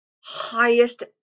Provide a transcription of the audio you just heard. highest